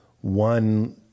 one